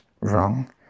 wrong